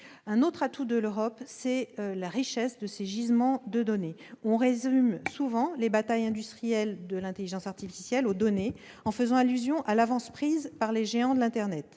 Un autre atout de l'Europe, c'est la richesse de ses gisements de données. On résume souvent les batailles industrielles dans le domaine de l'intelligence artificielle à la seule question des données, en faisant allusion à l'avance prise par les géants de l'internet.